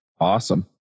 Awesome